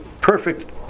perfect